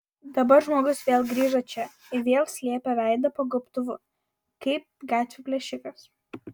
dabar žmogus vėl grįžo čia ir vėl slėpė veidą po gobtuvu kaip gatvių plėšikas